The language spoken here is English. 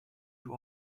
you